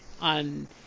on